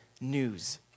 news